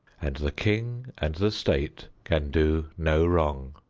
and the king and the state can do no wrong.